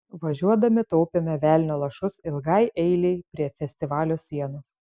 važiuodami taupėme velnio lašus ilgai eilei prie festivalio sienos